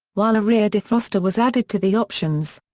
while a rear defroster was added to the options.